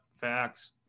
facts